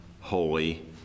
holy